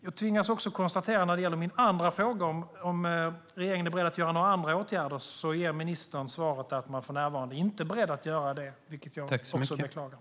Jag tvingas också konstatera, när det gäller min andra fråga om regeringen är beredd att vidta några andra åtgärder, att ministern ger svaret att man för närvarande inte är beredd att göra det, vilket jag också beklagar.